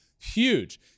huge